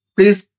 Please